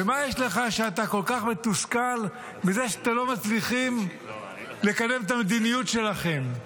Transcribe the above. מה יש לך שאתה כל כך מתוסכל מזה שאתם לא מצליחים לקדם את המדיניות שלכם?